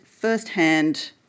firsthand